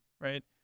Right